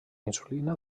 insulina